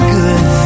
good